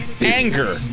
anger